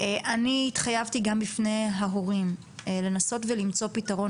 אני התחייבתי גם בפני ההורים לנסות ולמצוא פתרון